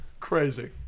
crazy